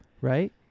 Right